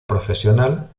profesional